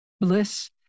Bliss